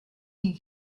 you